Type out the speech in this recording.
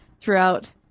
throughout